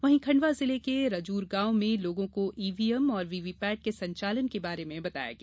वहीं खण्डवा जिले के रजूर गांव में लोगों को ईवीएम और वीवीपैट के संचालन के बारे में बताया गया